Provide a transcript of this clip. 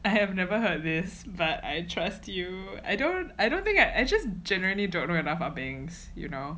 I have never heard this but I trust you I don't I don't think I I just generally don't know enough ah bengs you know